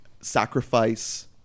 sacrifice